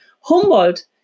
Humboldt